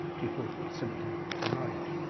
people simply deny it.